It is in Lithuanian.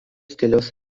stiliaus